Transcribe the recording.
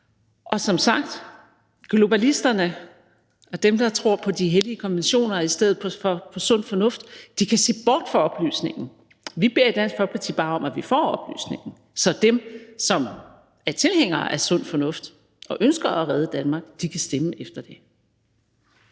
Som sagt: Globalisterne og dem, der tror på de hellige konventioner i stedet for på sund fornuft, kan se bort fra oplysningen. Vi beder i Dansk Folkeparti bare om, at vi får oplysningen, så dem, som er tilhængere af sund fornuft og ønsker at redde Danmark, kan stemme efter det.